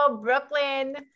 Brooklyn